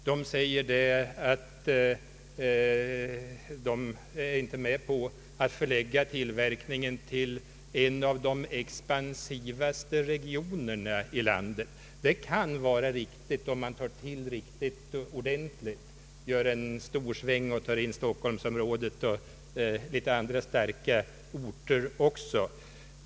De säger att de inte är med på att förlägga tillverkningen till en av de expansivaste regionerna i landet. Det kan vara riktigt om man tar till ordentligt och gör en storsväng och tar med Stockholmsområdet och andra expansiva orter.